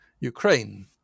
Ukraine